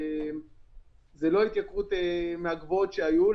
זו לא התייקרות מהגבוהות שהיו.